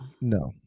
No